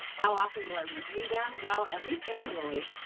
how often do i review them? well, at least annually.